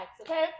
Okay